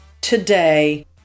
today